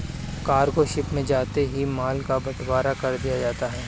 cargo ship में जाते ही माल का बंटवारा कर दिया जाता है